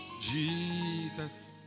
Jesus